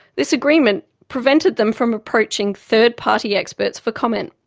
this agreement prevented them from approaching third-party experts for comment.